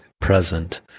present